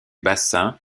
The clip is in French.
bassin